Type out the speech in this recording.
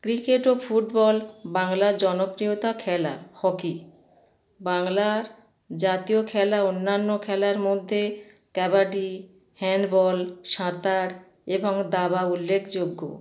cricket ও football বাংলার জনপ্রিয়তা খেলা হকি বাংলার জাতীয় খেলা অন্যান্য খেলার মধ্যে কবাডি হ্যান্ড বল সাঁতার এবং দাবা উল্লেখযোগ্য